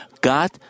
God